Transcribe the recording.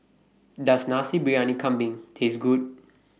Does Nasi Briyani Kambing Taste Good